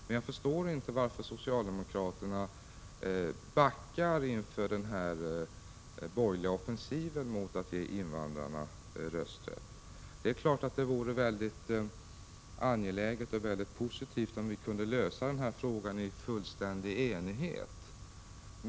Men jag förstår inte varför socialdemokraterna backar inför den borgerliga offensiven mot att ge invandrarna rösträtt. Det är klart att det vore mycket angeläget och positivt om vi kunde lösa den här frågan i fullständig enighet.